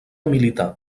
militar